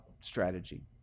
strategy